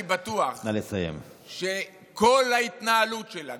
אני בטוח שכל ההתנהלות שלה,